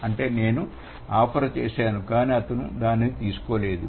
అంటే నేను ఆఫర్ చేశాను కానీ అతను దానిని తీసుకోలేదు